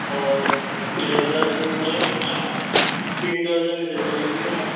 اور اریزر لے لیے گا تین درجن اریزر لے لیے گا